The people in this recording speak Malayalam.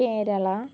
കേരള